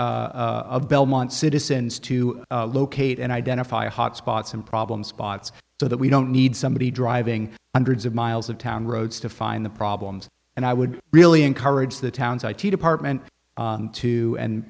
e belmont citizens to locate and identify hotspots and problem spots so that we don't need somebody driving hundreds of miles of town roads to find the problems and i would really encourage the town's i t department to and